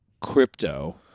crypto